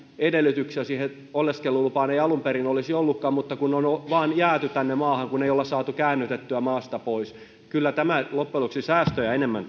edellytyksiä siihen oleskelulupaan ei alun perin olisi ollutkaan mutta on on vain jääty tänne maahan kun ei olla saatu käännytettyä maasta pois kyllä tämä loppujen lopuksi säästöjä enemmän